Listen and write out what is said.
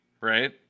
right